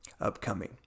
upcoming